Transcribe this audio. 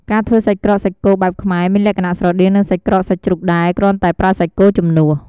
ការធ្វើសាច់ក្រកសាច់គោបែបខ្មែរ មានលក្ខណៈស្រដៀងនឹងសាច់ក្រកសាច់ជ្រូកដែរ គ្រាន់តែប្រើសាច់គោជំនួស។